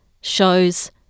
shows